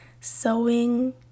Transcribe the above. sewing